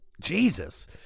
Jesus